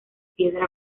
piedra